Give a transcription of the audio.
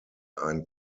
ein